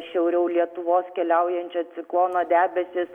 šiauriau lietuvos keliaujančio ciklono debesys kėsinsis